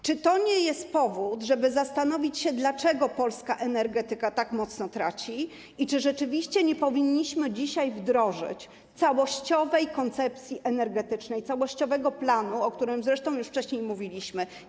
Czy to nie jest powód, żeby zastanowić się, dlaczego polska energetyka tak mocno traci i czy rzeczywiście nie powinniśmy dzisiaj wdrożyć całościowej koncepcji energetycznej, całościowego planu, o którym zresztą już wcześniej mówiliśmy?